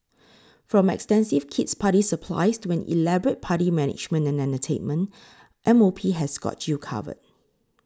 from extensive kid's party supplies to an elaborate party management and entertainment M O P has got you covered